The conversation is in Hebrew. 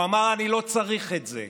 הוא אמר: אני לא צריך את זה.